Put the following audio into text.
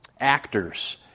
actors